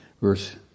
verse